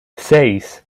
seis